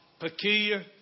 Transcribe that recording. peculiar